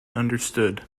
understood